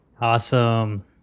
Awesome